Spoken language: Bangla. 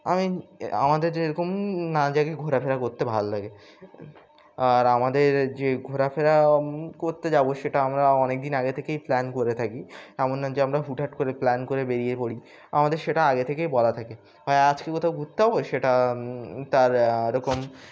আমি আমাদের যেরকম নানা জায়গায় ঘোরাফেরা করতে ভালো লাগে আর আমাদের যে ঘোরাফেরা করতে যাব সেটা আমরা অনেক দিন আগে থেকেই প্ল্যান করে থাকি এমন না যে আমরা হুটহাট করে প্ল্যান করে বেরিয়ে পড়ি আমাদের সেটা আগে থেকেই বলা থাকে হয় আজকে কোথাও ঘুরতে হবেব সেটা তার এরকম